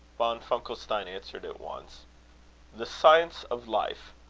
von funkelstein answered at once the science of life.